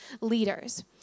leaders